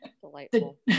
Delightful